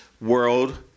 world